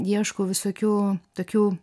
ieškau visokių tokių